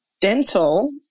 Dental